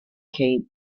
cape